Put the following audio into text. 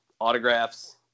autographs